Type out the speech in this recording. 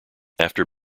after